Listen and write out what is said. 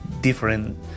different